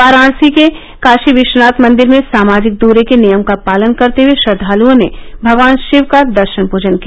वाराणसी के काशी विश्वनाथ मंदिर में सामाजिक दूरी के नियम का पालन करते हुए श्रद्वाल्ओं ने भगवान शिव का दर्शन पुजन किया